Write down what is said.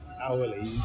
hourly